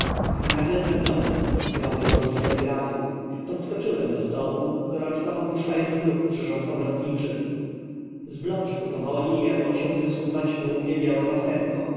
agle drgnąłem g rały dzw onki telegrafu podskoczyłem do stołu gorączkow o puszcza jąc w ruch przyrząd odbiorczy z bloczku powoli jęło się w ysnuw ać długie białe pasem ko